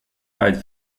ride